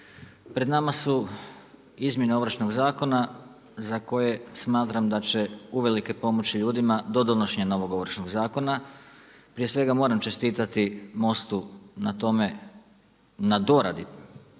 Pred nama su izmjene Ovršnog zakona za koje smatram da će uvelike pomoći ljudima do donošenja novog Ovršnog zakona. Prije svega moram čestitati Most-u na doradi